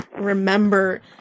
remember